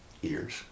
Years